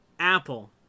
Apple